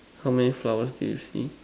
how many flowers do you see